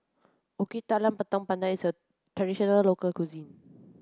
Kuih Talam Tepong Pandan is a traditional local cuisine